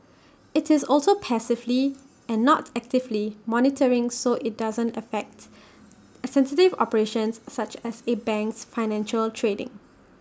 IT is also passively and not actively monitoring so IT doesn't affect sensitive operations such as A bank's financial trading